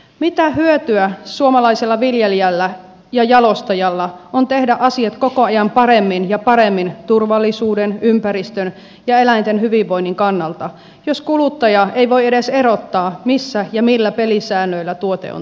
mitä hyöytä suomalaisella viljelijällä ja jalostajalla on tehdä asiat koko ajan paremmin ja paremmin turvallisuuden ympäristön ja eläinten hyvinvoinnin kannalta jos kuluttaja ei voi edes erottaa missä ja millä pelisäännöillä tuote on tehty